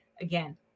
again